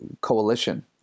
coalition